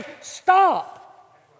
stop